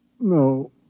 No